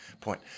point